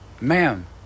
Ma'am